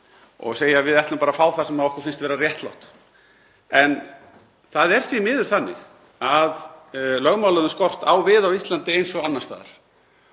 og segja: Við ætlum bara að fá það sem okkur finnst vera réttlátt. En það er því miður þannig að lögmálið um skort á við á Íslandi eins og annars staðar.